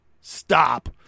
Stop